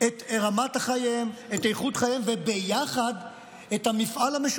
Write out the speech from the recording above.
את רמת חייהם ואת איכות חייהם,